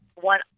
one